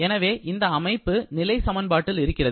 எனவே இந்த அமைப்பு நிலை சமன்பாட்டில் இருக்கிறது